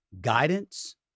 Guidance